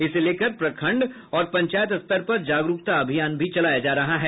इसको लेकर प्रखंड और पंचायत स्तर पर जागरूकता अभियान चलाया जा रहा है